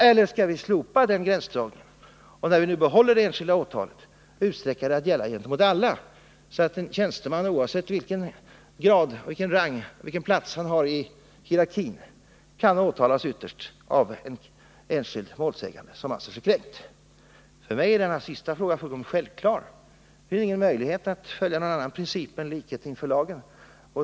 Eller skall vi slopa den gränsdragningen och utsträcka rätten till enskilt åtal till att gälla gentemot alla tjänstemän? Det betyder att en tjänsteman oavsett grad, rang eller plats i hierarkin kan åtalas av enskild målsägare som blir kränkt. För mig är detta en fullkomligt självklar sak. Det finns ingen möjlighet att tillämpa någon annan princip än likhet inför lagen.